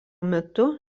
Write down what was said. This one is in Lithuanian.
metu